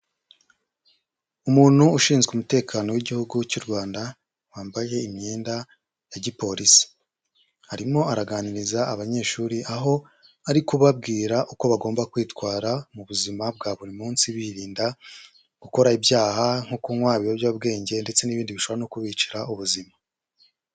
Umuntu ushinzwe umutekano w'igihugu cy'u Rwanda wambaye imyenda ya gipolisi, arimo araganiriza abanyeshuri aho ari kubabwira uko bagomba kwitwara mu buzima bwa buri munsi birinda gukora ibyaha nko kunywa ibiyobyabwenge ndetse n'ibindi bishobora no kubicira ubuzima.